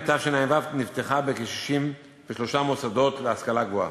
תשע"ו נפתחה ב-63 המוסדות להשכלה גבוהה,